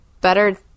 better